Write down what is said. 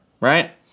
right